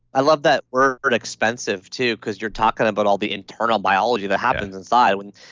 i love that word expensive too because you're talking about all the internal biology that happens inside when,